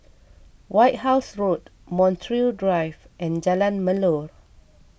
White House Road Montreal Drive and Jalan Melor